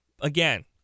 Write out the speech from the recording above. again